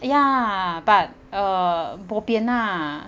ya but uh bo pian ah